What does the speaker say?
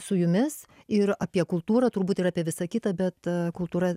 su jumis ir apie kultūrą turbūt ir apie visa kita bet kultūra